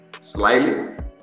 Slightly